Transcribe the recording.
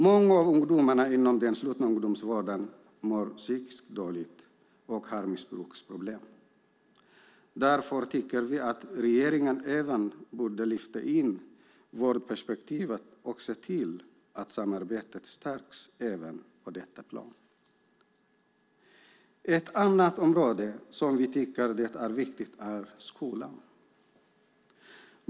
Många av ungdomarna inom den slutna ungdomsvården mår psykiskt dåligt och har missbruksproblem. Därför tycker vi att regeringen även borde lyfta in vårdperspektivet och se till att samarbetet stärks även på det planet. Ett annat område som vi tycker är viktigt är skolan.